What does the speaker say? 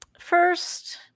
First